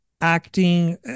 acting